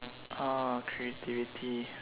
uh creativity